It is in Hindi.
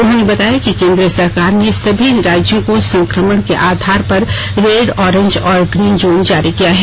उन्होंने बताया कि केंद्र सरकार ने सभी राज्यों को संकमण के आधार पर रेड ऑरेंज और ग्रीन जोन जारी किया है